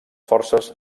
forces